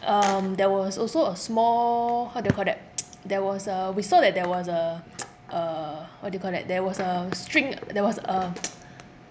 um there was also a small how do you call that there was a we saw that there was a uh what do you call that there was a string there was a